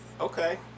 Okay